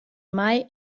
mai